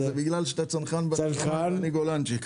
אבל זה בגלל שאתה צנחן בנשמה ואני גולנצ'יק.